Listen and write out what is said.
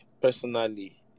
personally